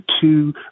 two